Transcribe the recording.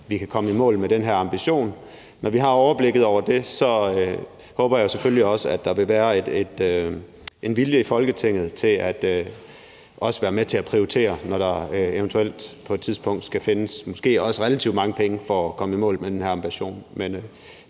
vi kan komme i mål med den her ambition. Når vi har overblikket over det, håber jeg selvfølgelig også, at der vil være en vilje i Folketinget til også at være med til at prioritere, når der eventuelt på et tidspunkt skal findes måske også relativt mange penge for at komme i mål med den ambition.